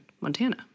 Montana